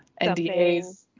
NDAs